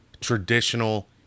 traditional